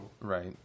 Right